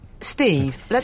Steve